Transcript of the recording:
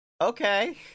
Okay